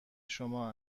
شما